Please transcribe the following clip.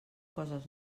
coses